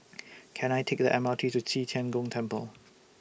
Can I Take The M R T to Qi Tian Gong Temple